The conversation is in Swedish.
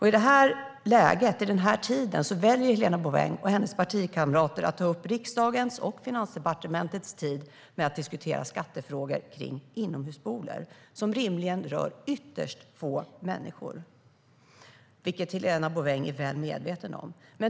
I detta läge väljer Helena Bouveng och hennes partikamrater att ta upp riksdagens och Finansdepartementets tid med att diskutera skattefrågor om inomhuspooler - något som rimligen rör ytterst få människor, vilket Helena Bouveng är väl medveten om.